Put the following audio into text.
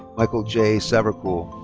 michael jay savercool.